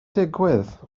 digwydd